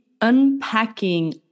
unpacking